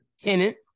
Tenant